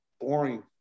boring